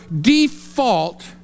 default